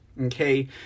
Okay